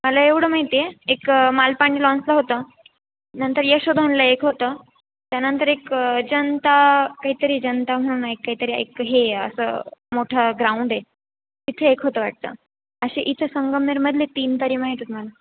मला एवढं माहिती आहे एक मालपाणी लॉनला होतं नंतर यशोधनला एक होतं त्यानंतर एक जनता काहीतरी जनता म्हणून एक काहीतरी एक हे असं मोठं ग्राउंड आहे तिथे एक होतं वाटतं अशे इथं संगमनेरमधले तीन तरी माहीत आहेत मला